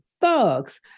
Thugs